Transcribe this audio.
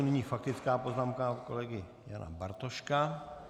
Nyní faktická poznámka kolegy Jana Bartoška.